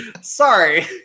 Sorry